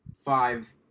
five